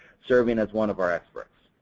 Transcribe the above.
serving as one of our experts.